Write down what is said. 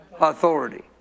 authority